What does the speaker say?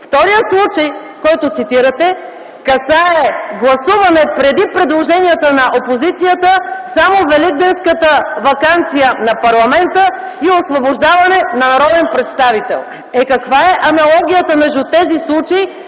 Вторият случай, който цитирате, касае гласуване преди предложенията на опозицията – само Великденската ваканция на парламента и освобождаване на народен представител. Е, каква е аналогията между тези случаи